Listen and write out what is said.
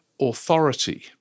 authority